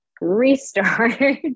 restart